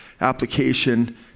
application